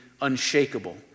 unshakable